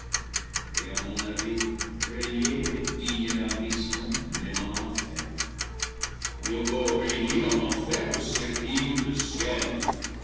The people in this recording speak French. et à mon avis régner est digne d'ambition même en enfer mieux vaut régner en enfer que servir le ciel